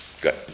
Good